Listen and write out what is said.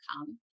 come